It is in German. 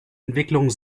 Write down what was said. entwicklung